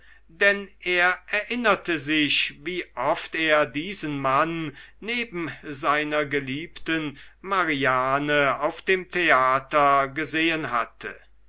denn er erinnerte sich wie oft er diesen mann neben seiner geliebten mariane auf dem theater gesehen hatte